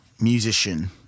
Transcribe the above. musician